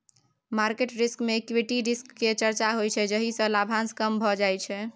market risk मे equity risk केर चर्चा होइ छै जाहि सँ लाभांश कम भए जाइ छै